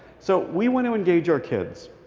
so we want to engage our kids.